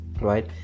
right